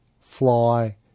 fly